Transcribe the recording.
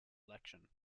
election